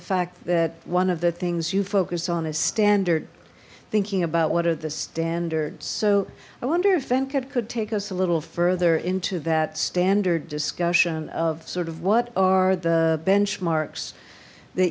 fact that one of the things you focus on a standard thinking about what are the standards so i wonder if venket could take us a little further into that standard discussion of sort of what are the benchmarks that